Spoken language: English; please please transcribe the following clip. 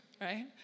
right